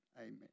amen